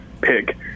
pick